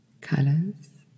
Colors